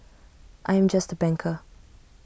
I am just A banker